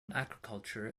agriculture